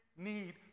need